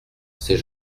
ces